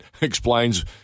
explains